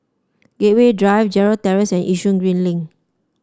Gateway Drive Gerald Terrace and Yishun Green Link